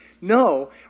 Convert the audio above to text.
No